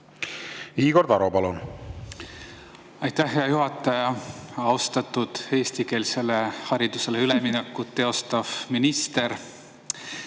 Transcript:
Igor Taro, palun! Aitäh, hea juhataja! Austatud eestikeelsele haridusele üleminekut teostav minister!